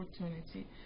opportunity